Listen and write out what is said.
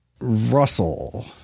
russell